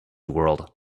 world